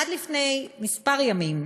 עד לפני כמה ימים